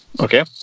Okay